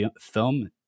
film